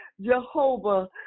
Jehovah